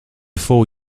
four